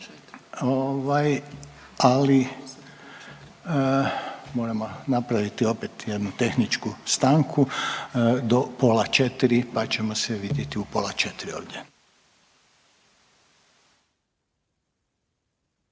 ali moramo napraviti opet jednu tehničku stanku do pola 4, pa ćemo se vidjeti u pola 4 ovdje.